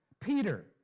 Peter